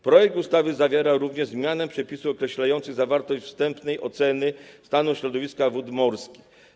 Projekt ustawy zawiera również zmianę przepisów określających zawartość wstępnej oceny stanu środowiska wód morskich.